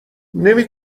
نمی